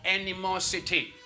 animosity